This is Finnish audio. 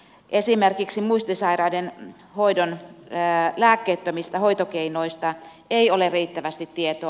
esimerkiksi muistisairaiden hoidon lääkkeettömistä hoitokeinoista ei ole riittävästi tietoa